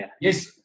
Yes